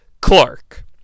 Clark